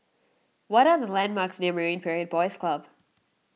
what are the landmarks near Marine Parade Boys Club